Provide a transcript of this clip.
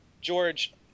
George